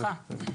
בשמחה.